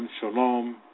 shalom